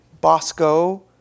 Bosco